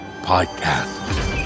Podcast